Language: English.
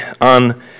on